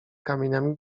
kamieniami